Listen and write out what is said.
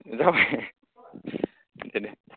जाबाय दे दे